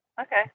Okay